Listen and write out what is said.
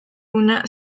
una